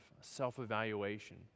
self-evaluation